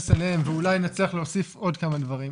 אליהם ואולי נצליח להוסיף עוד כמה דברים.